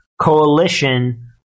coalition